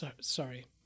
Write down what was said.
sorry